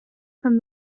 from